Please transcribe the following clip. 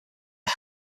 are